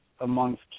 amongst